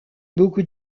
beaucoup